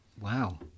Wow